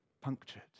punctured